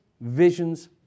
visions